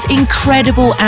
incredible